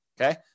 Okay